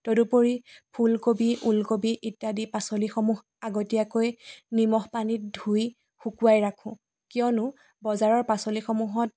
তদুপৰি ফুলকবি ওলকবি ইত্যাদি পাচলিসমূহ আগতীয়াকৈ নিমখ পানীত ধুই শুকুৱাই ৰাখোঁ কিয়নো বজাৰৰ পাচলিসমূহত